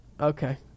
Okay